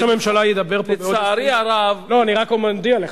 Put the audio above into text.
אני מודיע לך,